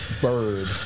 Bird